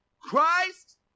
Christ